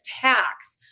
tax